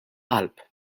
qalb